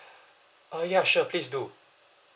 uh ya sure please do